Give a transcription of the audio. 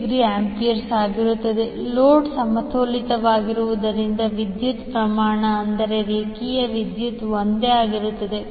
57∠58°A load ಸಮತೋಲಿತವಾಗಿರುವುದರಿಂದ ವಿದ್ಯುತ್ ಪ್ರಮಾಣ ಅಂದರೆ ರೇಖೆಯ ವಿದ್ಯುತ್ ಒಂದೇ ಆಗಿರುತ್ತವೆ